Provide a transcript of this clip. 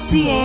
See